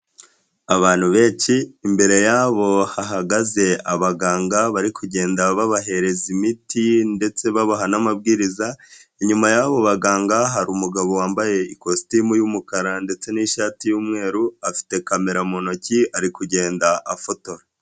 Abantu benshi imbere yabo hahagaze abaganga bari kugenda babahereza imiti ndetse babaha n'amabwiriza, inyuma yabo baganga hari umugabo wambaye ikositimu y'umukara ndetse n'ishati y'umweru, afite kamera mu ntoki ari kugenda afotora.